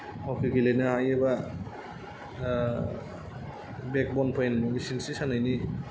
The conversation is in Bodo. हकि गेलेनो हायोबा एबा बेकबन पैन सिनस्रि सानायनि